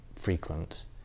frequent